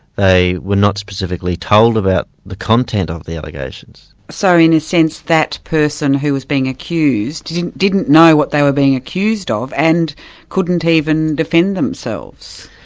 they were not specifically told about the content of the allegations. so in a sense, that person who was being accused didn't didn't know what they were being accused ah of, and couldn't even defend themselves?